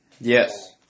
Yes